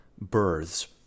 births